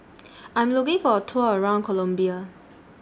I'm looking For A Tour around Colombia